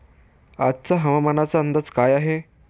आजचा हवामानाचा अंदाज काय आहे?